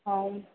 ऐं